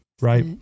right